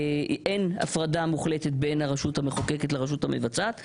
אין הפרדה מוחלטת בין הרשות המחוקקת לרשות המבצעת.